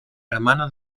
hermana